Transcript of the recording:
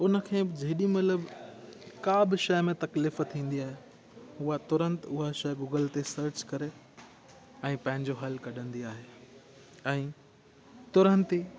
उन खे जेॾी महिल बि का बि शइ में तकलीफ़ु थींदी आहे हूअ तुरंतु उहा शइ गूगल ते सर्च करे ऐं पंहिंजो हलु कढंदी आहे ऐं तुरंत ई